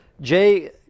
Jay